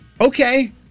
Okay